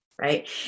right